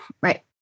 right